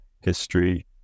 history